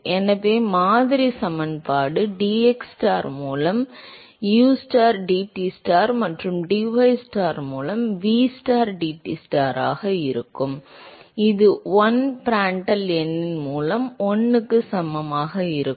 எனவே மாதிரி சமன்பாடு dxstar மூலம் ustar dTstar மற்றும் dystar மூலம் vstar dTstar ஆக இருக்கும் இது 1 பிராண்டட்ல் எண்ணின் மூலம் 1 க்கு சமமாக இருக்கும்